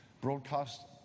broadcast